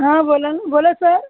हां बोला न बोला सर